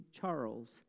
Charles